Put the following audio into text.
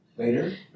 later